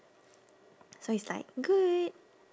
so it's like good